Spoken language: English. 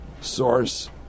source